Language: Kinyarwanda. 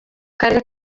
karere